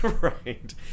right